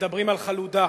מדברים על חלודה.